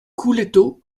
couleto